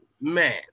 man